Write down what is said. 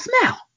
smell